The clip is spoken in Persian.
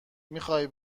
میخای